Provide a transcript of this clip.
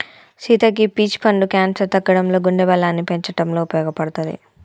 సీత గీ పీచ్ పండు క్యాన్సర్ తగ్గించడంలో గుండె బలాన్ని పెంచటంలో ఉపయోపడుతది